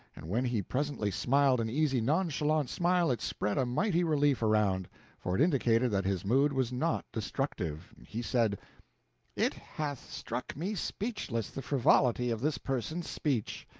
and when he presently smiled an easy, nonchalant smile, it spread a mighty relief around for it indicated that his mood was not destructive. he said it hath struck me speechless, the frivolity of this person's speech.